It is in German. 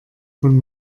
von